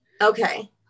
Okay